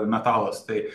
metalas tai